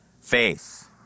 faith